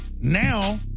Now